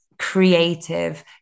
creative